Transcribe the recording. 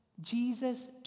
Jesus